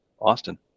austin